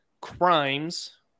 crimes